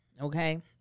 okay